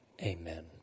Amen